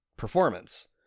Performance